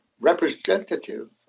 representative